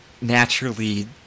naturally